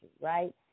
right